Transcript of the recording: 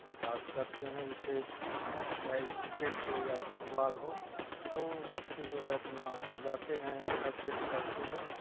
विकास करते हैं जिससे या ये किर्केट हो या फूटबौल हो तो बच्चे जो है अपना जाते हैं घर से निकलते हैं